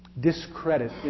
discredit